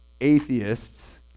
atheists